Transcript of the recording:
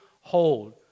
hold